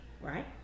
right